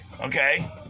Okay